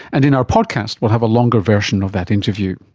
and in our podcast will have a longer version of that interview.